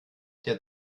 der